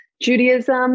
Judaism